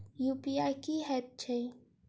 UPI की हएत छई?